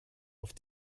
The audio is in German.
auf